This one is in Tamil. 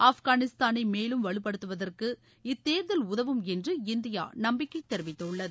ஆஃப்கானிஸ்தானை மேலும் வலுப்படுத்துவதற்கு இத்தேர்தல் உதவும் என்று இந்தியா நம்பிக்கை தெரிவித்துள்ளது